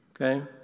Okay